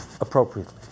appropriately